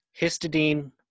histidine